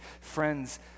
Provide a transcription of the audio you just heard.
Friends